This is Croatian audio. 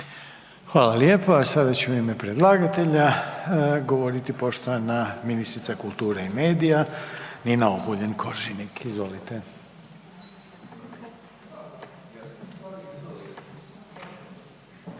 Hvala lijepa. A sada će u ime predlagatelja govoriti poštovana ministrica kulture i medija Nina Obuljen Koržinek, izvolite.